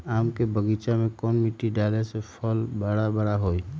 आम के बगीचा में कौन मिट्टी डाले से फल बारा बारा होई?